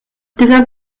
devient